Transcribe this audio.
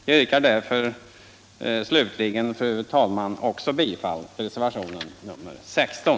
Jag yrkar därför slutligen, fru talman, också bifall till reservationen 16.